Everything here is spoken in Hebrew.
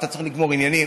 אתה צריך לגמור ענייניים.